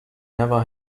never